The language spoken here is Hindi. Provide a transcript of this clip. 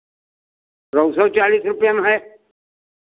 चालीस रुपैया में है